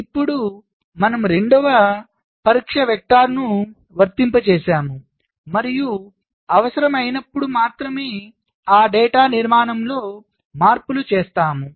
ఇప్పుడు మనము రెండవ పరీక్ష వెక్టర్ను వర్తింపజేస్తాము మరియు అవసరమైనప్పుడు మాత్రమే ఆ డేటా నిర్మాణంలో మార్పులు చేస్తాము